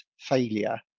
failure